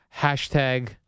Hashtag